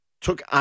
took